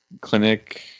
clinic